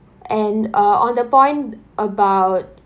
and uh on the point about